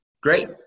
Great